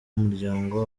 umuryango